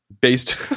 based